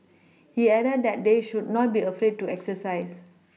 he added that they should not be afraid to exercise